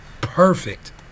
perfect